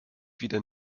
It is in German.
wieder